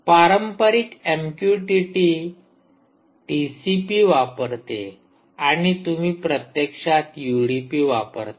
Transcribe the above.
पारंपारिक MQTT TCP वापरते आणि तुम्ही प्रत्यक्षात यूडीपी वापरता